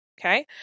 Okay